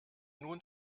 nun